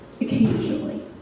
occasionally